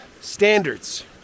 standards